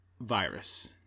virus